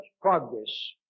progress